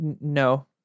no